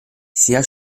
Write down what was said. sia